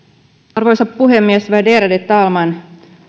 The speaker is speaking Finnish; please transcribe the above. arvoisa puhemies värderade talman